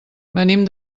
venim